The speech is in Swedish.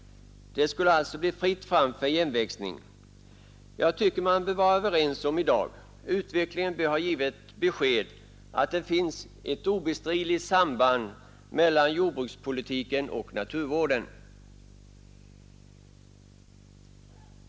Det skulle alltså bli fritt fram för igenväxning. Jag tycker att man i dag bör vara överens om — utvecklingen bör ha givit besked — att det finns ett obestridligt samband mellan jordbrukspolitiken och naturvården.